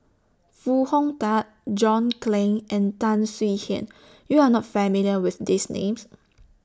Foo Hong Tatt John Clang and Tan Swie Hian YOU Are not familiar with These Names